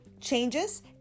changes